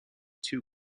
two